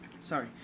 Sorry